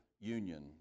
Union